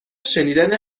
شنیدن